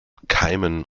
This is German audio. keimen